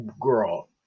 Girl